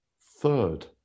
third